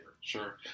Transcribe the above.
Sure